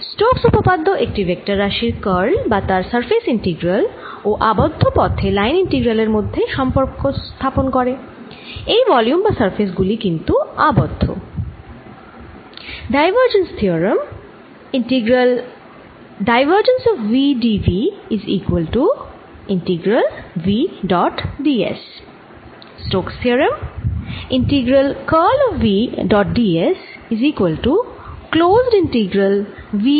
Stokes উপপাদ্য একটি vector রাশির কার্ল বা তার সারফেস ইন্টিগ্রাল ও আবদ্ধ পথে লাইন ইন্টিগ্রাল এর মধ্যে সম্পর্ক স্থাপন করে এই ভলিউম বা সারফেস গুলি কিন্তু আবদ্ধ